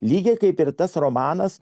lygiai kaip ir tas romanas